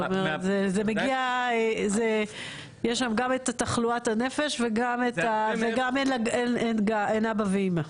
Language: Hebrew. זאת אומרת זה מגיע יש שם גם את תחלואת הנפש וגם אין אבא ואמא.